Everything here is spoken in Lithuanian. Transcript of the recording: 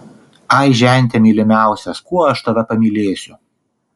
ai žente mylimiausias kuo aš tave pamylėsiu